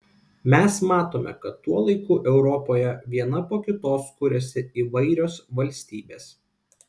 mes matome kad tuo laiku europoje viena po kitos kuriasi įvairios valstybės